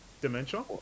Dementia